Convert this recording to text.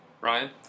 Ryan